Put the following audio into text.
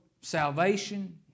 salvation